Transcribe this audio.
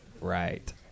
Right